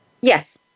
Yes